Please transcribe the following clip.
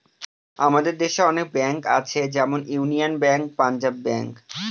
আমাদের দেশে অনেক ব্যাঙ্ক আছে যেমন ইউনিয়ান ব্যাঙ্ক, পাঞ্জাব ব্যাঙ্ক